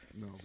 no